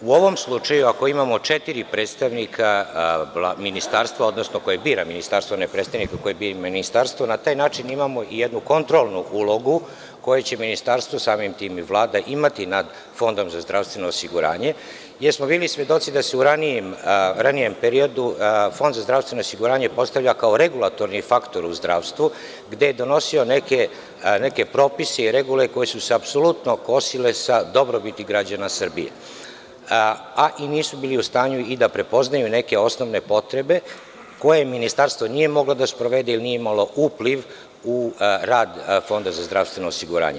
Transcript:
U ovom slučaju, ako imamo četiri predstavnika ministarstva, odnosno koje bira ministarstvo, na taj način imamo i jednu kontrolnu ulogu koje će ministarstvo, samim tim i Vlada imati nad Fondom za zdravstveno osiguranje, jer smo bili svedoci da se u ranijem periodu Fond za zdravstveno osiguranje postavlja kao regulatorni faktor u zdravstvu, gde je donosio neke propise koji su se kosili sa dobrobiti građana Srbije, a i nisu bili u stanju da prepoznaju neke osnovne potrebe, koje ministarstvo nije moglo da sprovede ili nije imalo upliv u rad Fonda za zdravstveno osiguranje.